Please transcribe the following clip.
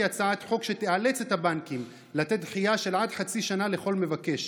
הצעת חוק שתאלץ את הבנקים לתת דחייה של עד חצי שנה לכל מבקש,